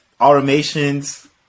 automations